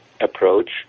approach